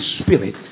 Spirit